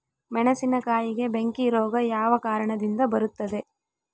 ಮೆಣಸಿನಕಾಯಿಗೆ ಬೆಂಕಿ ರೋಗ ಯಾವ ಕಾರಣದಿಂದ ಬರುತ್ತದೆ?